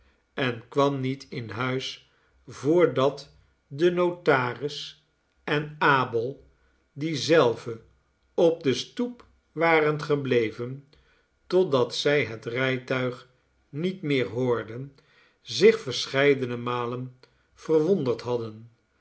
en k warn niet in huis voordat de notaris en abel die zelve op de stoep waren gebleven totdat zij het rijtuig niet meer hoorden zich verscheidene malen verwonderd hadden